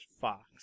Fox